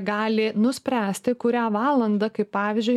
gali nuspręsti kurią valandą kaip pavyzdžiui